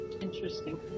Interesting